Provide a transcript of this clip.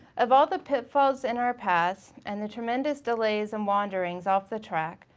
of all the pitfalls in our paths and the tremendous delays and wanderings off the track,